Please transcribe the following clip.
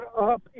up